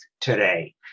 today